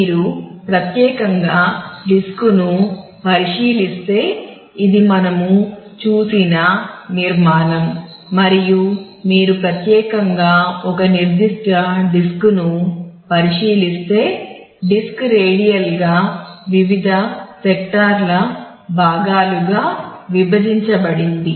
మీరు ప్రత్యేకంగా డిస్క్ ల భాగాలుగా విభజించబడింది